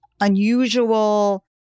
unusual